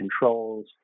controls